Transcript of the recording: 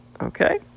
Okay